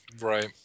right